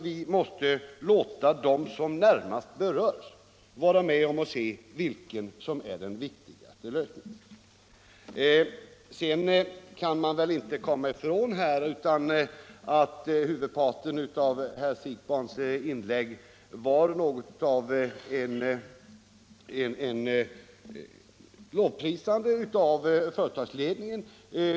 Vi måste låta dem som närmast berörs vara med om att bedöma vilken lösning som är den riktiga. Man kan väl inte komma ifrån att huvudparten av herr Siegbahns inlägg var något av ett lovprisande av företagsledningen.